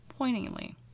Pointingly